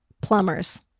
plumbers